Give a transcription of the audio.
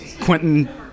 Quentin